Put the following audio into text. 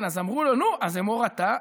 אז אמרו לו: נו, אז אמור אתה.